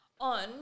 On –